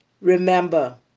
Remember